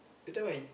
that time I